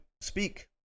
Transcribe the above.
speak